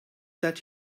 that